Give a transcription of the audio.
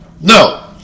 No